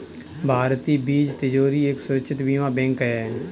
भारतीय बीज तिजोरी एक सुरक्षित बीज बैंक है